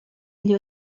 gli